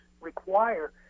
require